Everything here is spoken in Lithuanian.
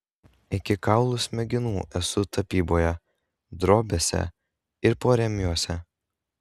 iki kaulų smegenų esu tapyboje drobėse ir porėmiuose